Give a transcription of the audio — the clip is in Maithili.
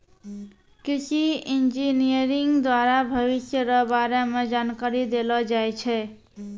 कृषि इंजीनियरिंग द्वारा भविष्य रो बारे मे जानकारी देलो जाय छै